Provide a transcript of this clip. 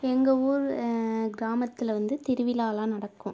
எங்கள் ஊர் கிராமத்தில் வந்து திருவிழாலாம் நடக்கும்